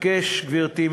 גברתי,